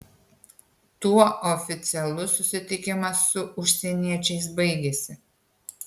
tuo oficialus susitikimas su užsieniečiais baigėsi